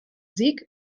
sieg